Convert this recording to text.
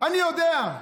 אני יודע.